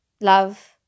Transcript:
love